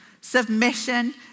Submission